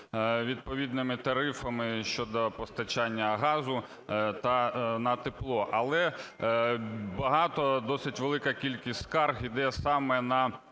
відповідними тарифами щодо постачання газу та на тепло, але багато, досить велика кількість скарг йде саме на